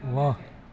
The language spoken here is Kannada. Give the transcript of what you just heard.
ವಾಹ್